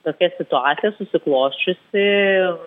tokia situacija susiklosčiusi